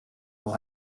will